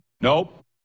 nope